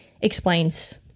explains